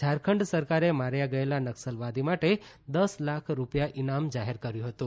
ઝારખંડ સરકારે માર્યા ગયેલા નકસલવાદી માટે દસ લાખ રૂપિયા ઇનામ જાહેર કર્યું હતું